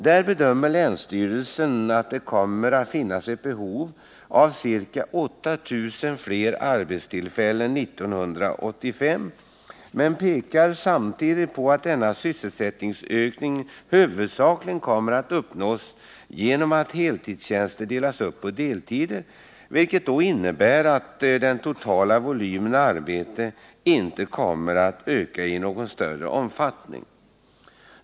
Där bedömer länsstyrelsen att det kommer att finnas ett behov av ca 8 000 fler arbetstillfällen 1985, men man påpekar samtidigt att denna sysselsättningsökning huvudsakligen kommer att uppnås genom att heltidstjänster delas upp på deltider, vilket innebär att den totala volymen arbete inte kommer att öka i någon större omfattning.